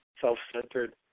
self-centered